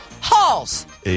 halls